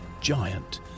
giant